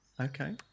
Okay